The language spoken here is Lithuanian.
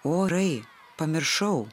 orai pamiršau